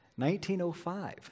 1905